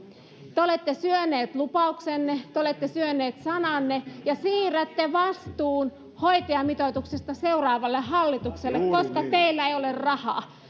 te olette syöneet lupauksenne te te olette syöneet sananne ja siirrätte vastuun hoitajamitoituksesta seuraavalle hallitukselle koska teillä ei ole rahaa